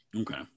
Okay